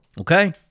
okay